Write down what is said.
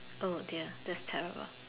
oh dear that's terrible